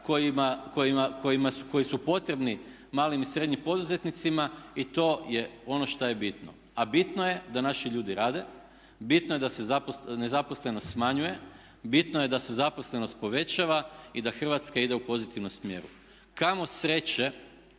koji su potrebni malim i srednjim poduzetnicima i to je ono što je bitno. A bitno je da naši ljudi rade, bitno je da se nezaposlenost smanjuje, bitno je da se zaposlenost povećava i da Hrvatska ide u pozitivnom smjeru. Kamo sreće